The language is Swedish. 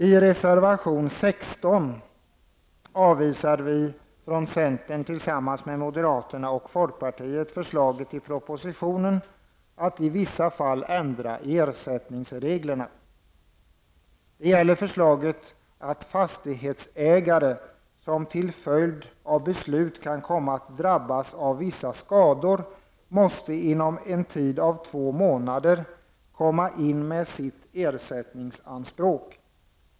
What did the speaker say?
I reservation 16 avvisar vi från centern tillsammans med moderaterna och folkpartiet förslaget i propositionen att i vissa fall ändra ersättningsreglerna. Det gäller förslaget att fastighetsägare som till följd av beslut kan komma att drabbas av vissa skador inom en tid av två månader måste komma in med sitt ersättningsanspråk.